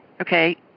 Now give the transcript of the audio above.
Okay